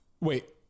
wait